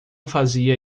fazia